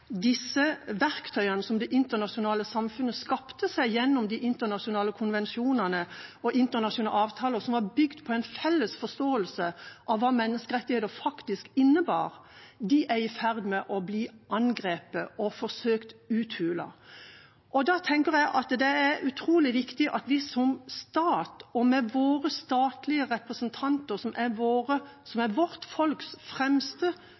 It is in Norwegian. disse verktøyene som det internasjonale samfunnet skapte seg gjennom de internasjonale konvensjonene og internasjonale avtaler som var bygd på en felles forståelse av hva menneskerettigheter faktisk innebar, er i ferd med å bli angrepet og forsøkt uthulet. Da tenker jeg at det er utrolig viktig at vi som stat, med våre statlige representanter, som er vårt folks fremste representanter og ansikt ut mot verden, er det landet som